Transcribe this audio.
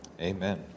amen